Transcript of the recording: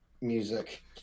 music